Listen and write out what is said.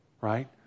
right